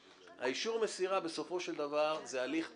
אישור המסירה בסופו של דבר זה הליך ארוך,